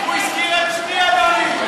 הוא הזכיר את שמי, אדוני.